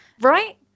Right